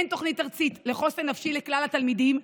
אין תוכנית ארצית לחוסן נפשי לכלל התלמידים,